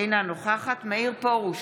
אינה נוכחת מאיר פרוש,